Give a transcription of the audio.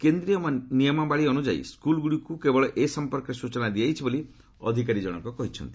କେନ୍ଦ୍ରୀୟ ନିୟମାବଳୀ ଅନୁଯାୟୀ ସ୍କୁଲ୍ଗୁଡ଼ିକୁ କେବଳ ଏ ସଂପର୍କରେ ସୂଚନା ଦିଆଯାଇଛି ବୋଲି ଅଧିକାରୀ ଜଣକ କହିଛନ୍ତି